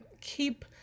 keep